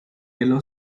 yellow